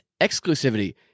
exclusivity